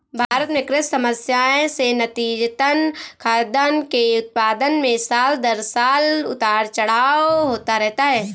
भारत में कृषि समस्याएं से नतीजतन, खाद्यान्न के उत्पादन में साल दर साल उतार चढ़ाव होता रहता है